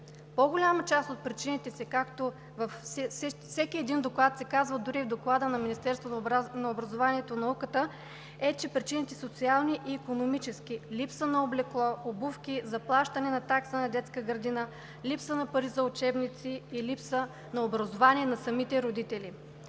По-голяма част от причините са – както във всеки един доклад се казва, дори и в Доклада на Министерството на образованието и науката, социални и икономически: липсата на облекло, обувки, заплащането на такса за детска градина, липсата на пари за учебници и липсата на образование на самите родители.